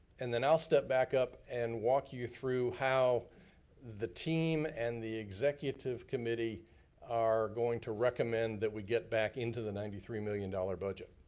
and then i'll step back up and walk you through how the team and the executive committee are going to recommend that we get back into the ninety three million dollars dollar budget.